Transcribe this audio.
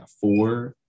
four